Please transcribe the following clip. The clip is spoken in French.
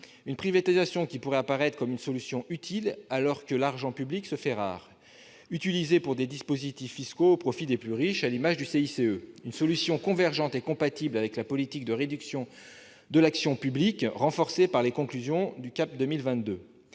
une privatisation qui pourrait apparaître comme une solution utile alors que l'argent public se fait rare et est utilisé pour des dispositifs fiscaux au profit des plus riches, à l'image du CICE. Ce serait aussi une solution convergente et compatible avec la politique de réduction de l'action publique, renforcée par les conclusions du CAP 2022.